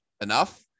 enough